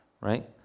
right